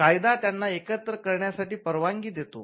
कायदा त्यांना एकत्र करण्यास परवानगी देतो